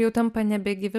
jau tampa nebegyvi